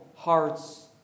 hearts